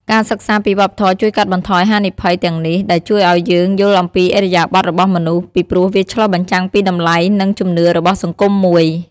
ការសិក្សាពីវប្បធម៌ជួយកាត់បន្ថយហានិភ័យទាំងនេះ ដែលជួយឲ្យយើងយល់អំពីឥរិយាបទរបស់មនុស្ស ពីព្រោះវាឆ្លុះបញ្ចាំងពីតម្លៃ និងជំនឿរបស់សង្គមមួយ។